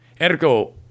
Ergo